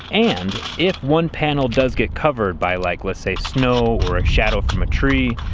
and if one panel does get covered by like, let's say snow or shadow from a tree,